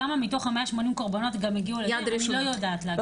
כמה מתוך ה-180 קורבנות גם הגיעו למשטרה אני לא יודעת להגיד.